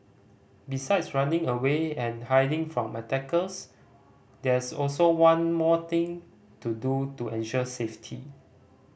besides running away and hiding from attackers there's also one more thing to do to ensure safety